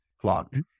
clogged